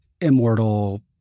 immortal